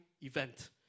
event